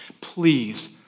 Please